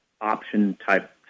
option-type